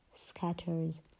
scatters